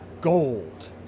gold